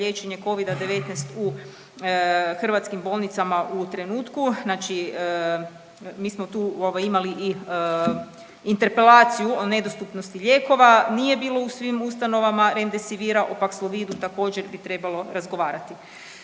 liječenje Covida-19 u hrvatski bolnicama u trenutku, znači mi smo tu ovaj imali i interpelaciju o nedostupnosti lijekova, nije bilo u svim ustanovama Remdesivira, o Paxlovidu također bi trebalo razgovarati.